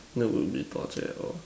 that won't be torture at all